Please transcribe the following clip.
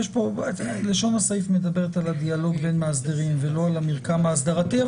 לשון הסעיף מדברת על הדיאלוג בין המאסדרים ולא על המרקם האסדרתי.